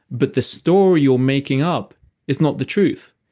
but the story you're making up is not the truth.